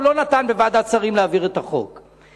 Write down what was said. הוא לא נתן להעביר את החוק בוועדת שרים.